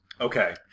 Okay